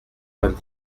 vingt